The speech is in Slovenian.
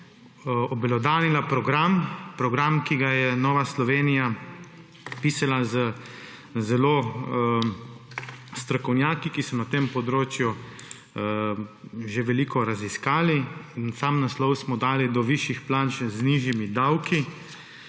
obelodanila program; program, ki ga je Nova Slovenija pisala s strokovnjaki, ki so na tem področju že veliko raziskali. In sam naslov smo dali Do višjih plač z nižjimi davki.